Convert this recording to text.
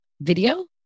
video